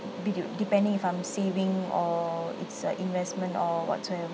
be do depending if I'm saving or it's a investment or whatsoever